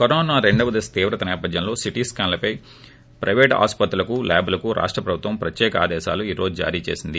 corona రెండవ దశ తీవ్రత సేపధ్యంలో సీటీ స్కాన్పై ప్రైవేటు ఆస్పత్రులకు ల్యాబ్లకు రాష్ట్ర ప్రభుత్వం ప్రత్యేక ఆదేశాలు ఈ రోజు జారీ చేసింది